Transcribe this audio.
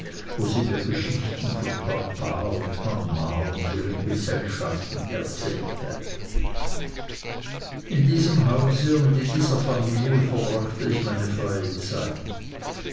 wo sie mir geschichten von papa und mama und ihren gesellschaften erzählte in diesem hause und mit dieser familie verbrachte ich meine freie zeit